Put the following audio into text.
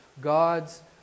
God's